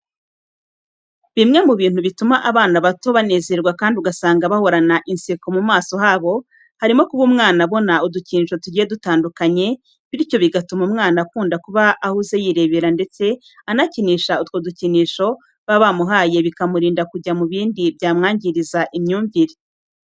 Bimwe mu bintu bituma abana bato banezerwa kandi ugasanga bahorana inseko mu maso habo, harimo kuba umwana abona udukinisho tugiye dutandukanye, bityo bigatuma umwana akunda kuba ahuze yirebera ndetse anakinisha utwo dukinisho baba bamuhaye bikamurinda kujya mu bindi byamwangiriza imyumvire.